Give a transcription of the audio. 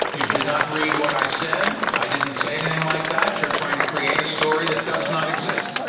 you did not read what i said. i didn't say anything like that you're trying to create a story that does not exist,